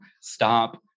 stop